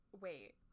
Wait